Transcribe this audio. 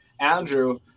andrew